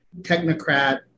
technocrat